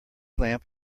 lamp